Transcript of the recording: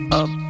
up